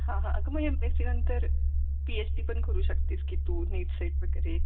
हां हां अगं मग एम पी एस सीनंतर पी एच डी पण करू शकतेस की तू नेट सेट वगैरे